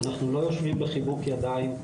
אנחנו לא יושבים בחיבוק ידיים.